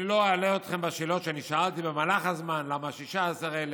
אני לא אלאה אתכם בשאלות שאני שאלתי במהלך הזמן: למה 16,000,